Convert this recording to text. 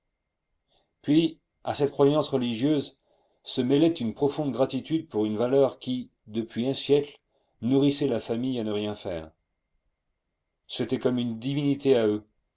puis à cette croyance religieuse se mêlait une profonde gratitude pour une valeur qui depuis un siècle nourrissait la famille à ne rien faire c'était comme une divinité à eux